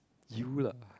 you lah